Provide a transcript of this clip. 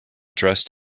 dressed